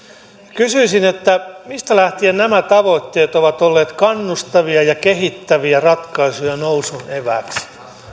kysyisin mistä lähtien nämä tavoitteet ovat olleet kannustavia ja kehittäviä ratkaisuja nousun evääksi